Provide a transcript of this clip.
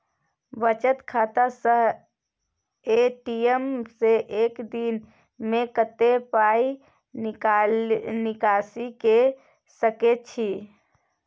बचत खाता स ए.टी.एम से एक दिन में कत्ते पाई निकासी के सके छि?